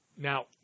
Now